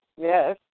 yes